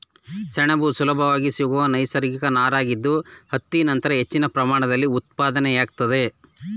ಸೆಣಬು ಸುಲಭವಾಗಿ ಸಿಗುವ ನೈಸರ್ಗಿಕ ನಾರಾಗಿದ್ದು ಹತ್ತಿ ನಂತರ ಹೆಚ್ಚಿನ ಪ್ರಮಾಣದಲ್ಲಿ ಉತ್ಪಾದನೆಯಾಗ್ತದೆ